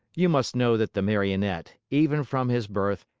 you must know that the marionette, even from his birth,